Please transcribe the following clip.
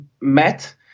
met